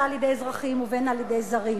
על-ידי אזרחים ובין שהוא נעשה על-ידי זרים.